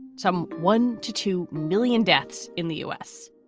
some one to two million deaths in the u s.